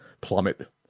plummet